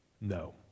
No